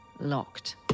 Locked